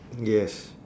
yes